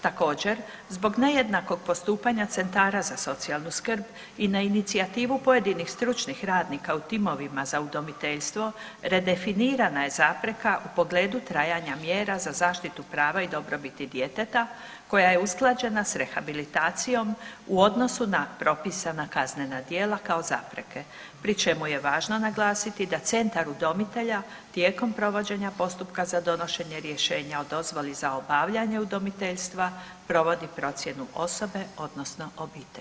Također, zbog nejednakog postupanja centara za socijalnu skrb i na inicijativu pojedinih stručnih radnika u timovima za udomiteljstvo, redefinirana je zapreka u pogledu trajanja mjera za zaštitu prava i dobrobiti djeteta, koja je usklađena s rehabilitacijom u odnosu na propisana kaznena djela kao zapreke, pri čemu je važno naglasiti da centar udomitelja tijekom provođenja postupka za donošenje rješenja o dozvoli za obavljanje udomiteljstva provodi procjenu osobe, odnosno obitelji.